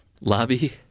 Lobby